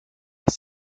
was